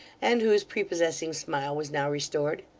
and whose prepossessing smile was now restored.